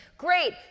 Great